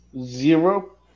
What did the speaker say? Zero